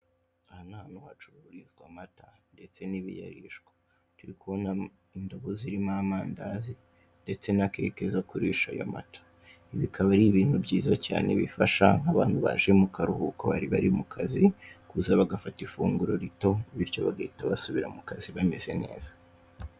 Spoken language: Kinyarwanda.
Aha ni ahantu hacururizwa amata ndetse n'ibiyarishwa turikubona indobo zirimo amandazi ndetse na keke zo kurisha ayo mata ibi bikaba ari ibintu byiza cyane bifasha nk'abantu baje mu karuhuko bari bari mu kazi kuza bagafata ifunguro rito bityo bagahita bagasubira mu kazi bameze neza.